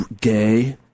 gay